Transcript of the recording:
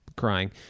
crying